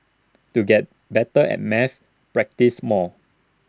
to get better at maths practise more